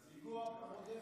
יש ערבים ביש עתיד?